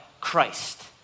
Christ